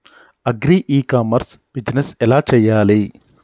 Agri e commerce business ఎలా చెయ్యాలి?